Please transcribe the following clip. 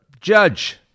judge